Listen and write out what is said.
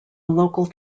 local